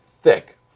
thick